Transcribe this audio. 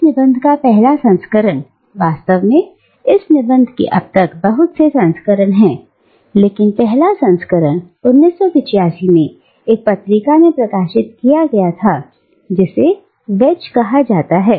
इस निबंध का पहला संस्करण वास्तव में इस निबंध के अब तक बहुत से संस्करण हैं लेकिन पहला संस्करण 1985 में एक पत्रिका में प्रकाशित किया गया था जिसे वेज कहा जाता है